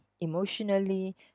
emotionally